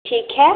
ठीक है